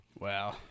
Wow